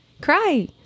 cry